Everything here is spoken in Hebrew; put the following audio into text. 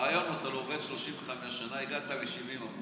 הרעיון הוא, אתה עובד 35 שנה, הגעת ל-70%.